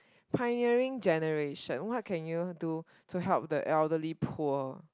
pioneering generation what can you do to help the elderly poor